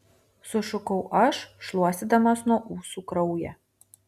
sušukau aš šluostydamas nuo ūsų kraują